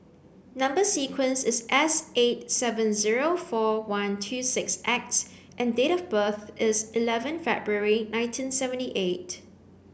number sequence is S eight seven zero four one two six X and date of birth is eleven February nineteen seventy eight